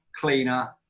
cleaner